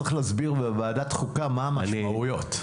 צריך להסביר בוועדת חוקה מה המשמעויות.